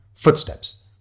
Footsteps